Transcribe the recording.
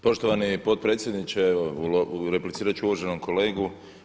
Poštovani potpredsjedniče evo replicirat ću uvaženom kolegi.